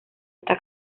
esta